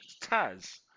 Taz